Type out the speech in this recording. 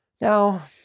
Now